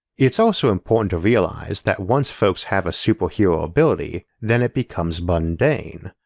it's also important to realise that once folks have a superhero ability, then it becomes mundane.